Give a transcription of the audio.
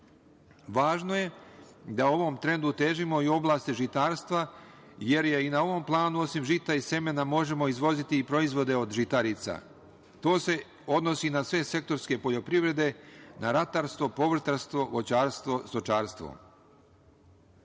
je da ovom trendu težimo i u oblasti žitarstva, jer i na ovom planu osim žita i semena možemo izvoziti proizvode od žitarica. To se odnosi na sve sektorske poljoprivrede, na ratarstvo, povrtarstvo, voćarstvo, stočarstvo. Srbija